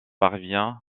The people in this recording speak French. parvient